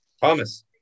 Thomas